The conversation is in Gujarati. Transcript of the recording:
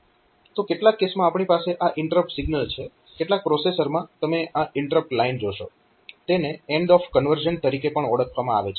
તો કેટલાક કેસમાં આપણી પાસે આ INTR સિગ્નલ છે કેટલાક પ્રોસેસરમાં તમેં આ INTR લાઇન જોશો તેને એન્ડ ઓફ કન્વર્ઝન તરીકે પણ ઓળખવામાં આવે છે